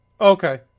Okay